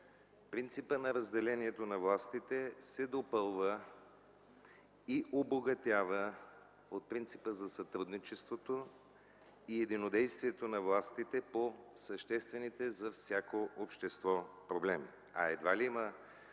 принципът на разделението на властите се допълва и обогатява от принципа за сътрудничеството и единодействието на властите по съществените за всяко общество проблеми. Едва ли обаче